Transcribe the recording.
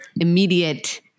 immediate